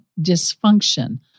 dysfunction